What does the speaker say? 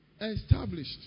established